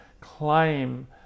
claim